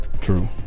True